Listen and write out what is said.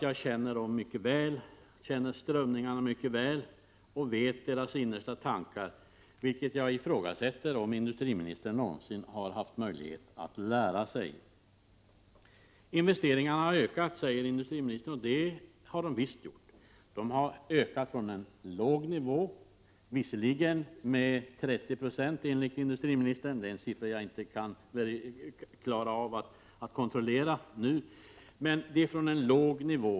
Jag känner dem mycket väl, jag känner strömningarna mycket väl, och jag vet deras innersta tankar. Detta ifrågasätter jag om industriministern någonsin haft möjlighet att lära sig. Investeringarna har ökat, säger industriministern. Det har de visst gjort. De har ökat med 30 96 enligt industriministern — det är en siffra som jag inte kan kontrollera nu — men det har skett från en låg nivå.